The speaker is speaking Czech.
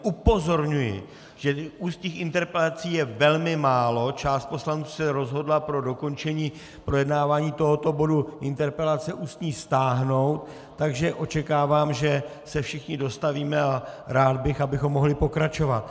Upozorňuji, že ústních interpelací je velmi málo, část poslanců se rozhodla pro dokončení projednávání tohoto bodu interpelace ústní stáhnout, takže očekávám, že se všichni dostavíme, a rád abych, abychom mohli pokračovat.